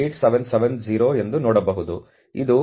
8770 ಎಂದು ನೋಡಬಹುದು ಇದು 0